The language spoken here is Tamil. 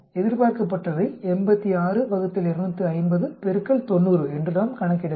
எதிர்பார்க்கப்பட்டவை 86 ÷ 250 90 என்று நாம் கணக்கிட வேண்டும்